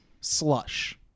slush